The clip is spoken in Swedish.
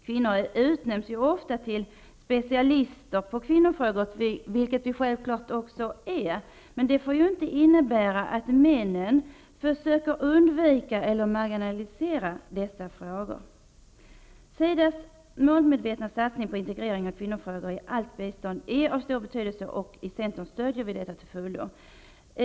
Kvinnor utnämns ju ofta till specialister på kvinnofrågor, vilket vi självfallet också är, men det får inte innebära att männen försöker undvika eller marginalisera dessa frågor. SIDA:s målmedvetna satsning på integrering av kvinnofrågor i allt bistånd är av stor betydelse, och i centern stödjer vi detta till fullo.